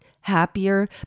happier